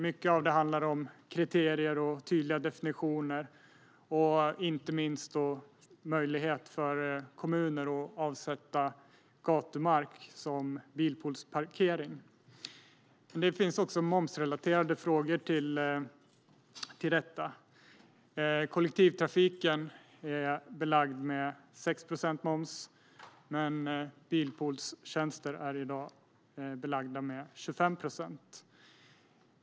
Mycket av det handlar om kriterier och tydliga definitioner och inte minst möjlighet för kommuner att avsätta gatumark som bilpoolsparkering. Men det finns också momsrelaterade frågor i detta. Kollektivtrafiken är belagd med 6 procents moms, men bilpoolstjänster är i dag belagda med 25 procents moms.